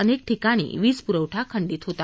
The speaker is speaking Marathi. अनेक ठिकाणी वीजप्रवठा खंडित होता